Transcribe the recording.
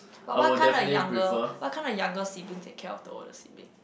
but what kind of younger what kind of younger sibling take care of the older sibling